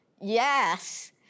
Yes